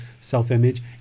self-image